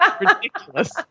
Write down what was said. ridiculous